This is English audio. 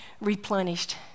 replenished